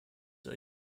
are